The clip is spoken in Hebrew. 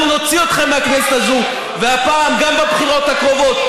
אנחנו נוציא אתכם מהכנסת הזאת והפעם גם בבחירות הקרובות,